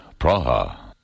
Praha